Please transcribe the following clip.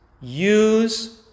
use